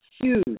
huge